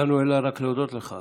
אין לנו אלא רק להודות לך,